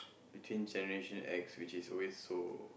between Generation X which is always so